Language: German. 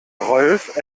rolf